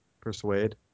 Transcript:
Persuade